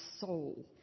soul